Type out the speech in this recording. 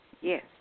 Yes